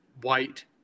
white